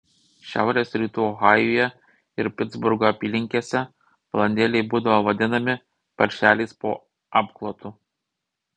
šiaurės rytų ohajuje ir pitsburgo apylinkėse balandėliai būdavo vadinami paršeliais po apklotu